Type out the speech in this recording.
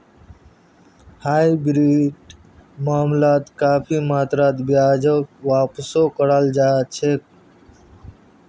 हाइब्रिडेर मामलात काफी मात्रात ब्याजक वापसो कराल जा छेक